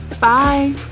bye